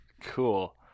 Cool